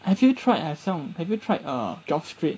have you tried like some have you tried uh Jobstreet